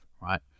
right